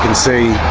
see